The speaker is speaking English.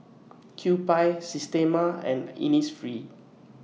Kewpie Systema and Innisfree